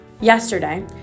Yesterday